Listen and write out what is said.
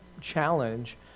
challenge